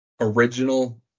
original